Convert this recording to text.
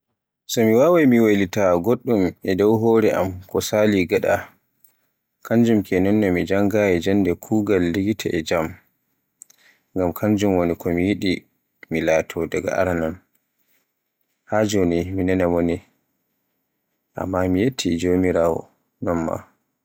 So mi waawai mi waylita goɗɗum e dow hore am ko sali gaɗa, kanjum ke nonno mi janngayi jannde kugaal likita e jam. Ngam kanjum woni ko mi yiɗi mi laato daga aranon, haa joni mi naana mone, amma mi yetti Jomiraawo.